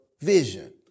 vision